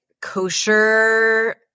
kosher